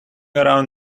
around